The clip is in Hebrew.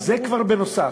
עכשיו, זה כבר בנוסף.